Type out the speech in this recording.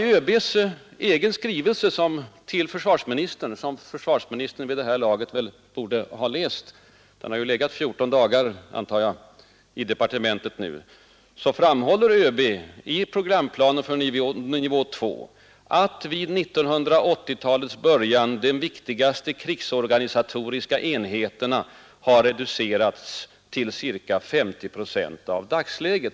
I ÖB:s egen skrivelse till försvarsministern den 17 november i år — som försvarsministern vid det här laget borde ha läst, den har legat 14 dagar i departementet nu — framhåller ÖB att i programplanen för nivå 2 vid 1980-talets början ”de viktigaste krigsorganisatoriska enheterna har reducerats till ca 50 procent av dagsläget”.